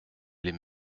les